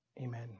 amen